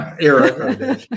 era